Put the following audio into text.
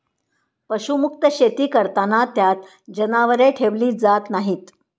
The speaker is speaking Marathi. पशुमुक्त शेती करताना त्यात जनावरे ठेवली जात नाहीत